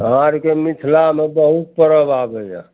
अहाँ आओरके मिथिलामे बहुत परब आबैए